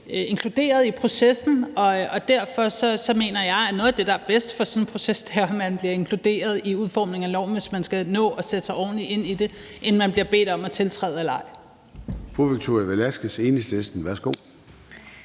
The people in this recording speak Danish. inkluderet i processen. Derfor mener jeg, at noget af det, der er bedst for sådan en proces, jo er, at man bliver inkluderet i udformningen af loven, hvis man skal nå at sætte sig ordentligt ind i det, inden man bliver bedt om at tiltræde eller ej.